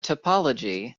topology